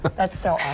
but that's so